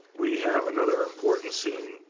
we have another important scene.